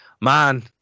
Man